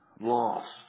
Loss